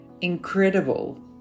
incredible